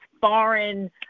foreign